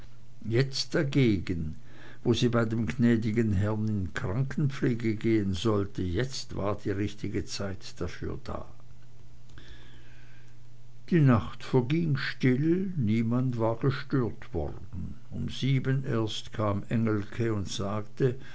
jetzt dagegen wo sie bei dem gnäd'gen herrn in krankenpflege gehen sollte jetzt war die richtige zeit dafür da die nacht verging still niemand war gestört worden um sieben erst kam engelke und sagte